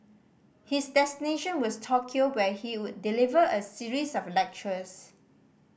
his destination was Tokyo where he would deliver a series of lectures